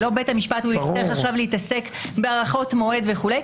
שלא בית המשפט הוא זה שיצטרך עכשיו להתעסק עם הארכות מועד וכו'.